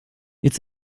it’s